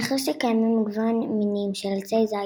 מאחר שקיימים מגוון מינים של עצי זית,